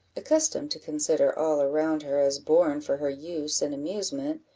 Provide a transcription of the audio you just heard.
accustomed to consider all around her as born for her use and amusement,